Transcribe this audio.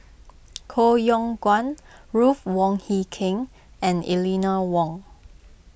Koh Yong Guan Ruth Wong Hie King and Eleanor Wong